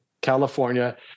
California